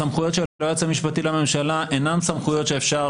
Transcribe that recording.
הסמכויות של היועץ המשפטי לממשלה אינן סמכויות שאפשר